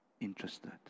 interested